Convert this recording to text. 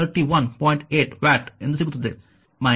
8 watt ಎಂದು ಸಿಗುತ್ತದೆ 4